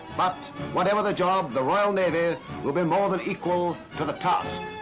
but whatever the job, the royal navy will be more than equal to the task.